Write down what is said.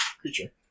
creature